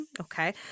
Okay